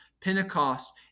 Pentecost